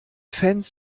fans